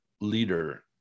leader